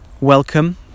Welcome